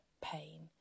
pain